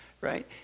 right